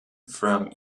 from